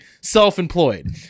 self-employed